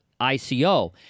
ICO